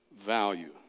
value